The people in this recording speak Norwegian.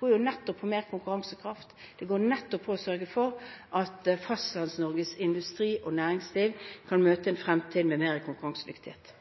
nettopp på mer konkurransekraft, det går på å sørge for at Fastlands-Norges industri og næringsliv kan møte en fremtid med mer konkurransedyktighet.